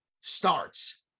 starts